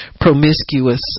promiscuous